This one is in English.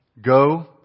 Go